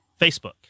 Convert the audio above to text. Facebook